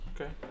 okay